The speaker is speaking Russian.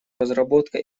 разработка